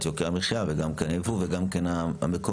יוקר המחיה וגם כן הייבוא וגם כן המקומי.